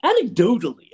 Anecdotally